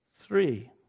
three